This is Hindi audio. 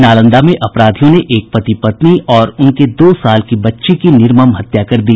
नालंदा में अपराधियों ने एक पति पत्नी और उनके दो साल की बच्ची की निर्मम हत्या कर दी